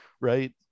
Right